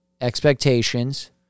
expectations